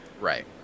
Right